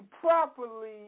properly